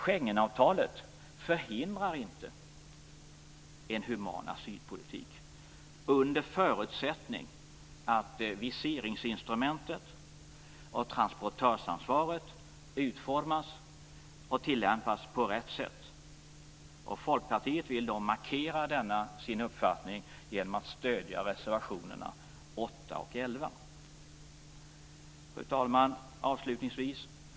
Schengenavtalet förhindrar inte en human asylpolitik, under förutsättning att viseringsinstrumentet och transportörsansvaret utformas och tillämpas på rätt sätt. Folkpartiet vill markera denna sin uppfattning genom att stödja reservationerna nr 8 och 11. Fru talman!